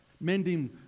mending